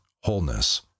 wholeness